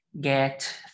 get